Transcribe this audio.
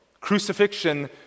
Crucifixion